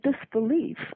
disbelief